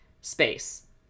space